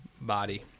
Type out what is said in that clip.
body